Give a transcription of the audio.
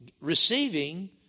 receiving